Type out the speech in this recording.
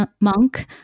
monk